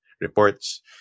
reports